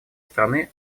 страны